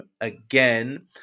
again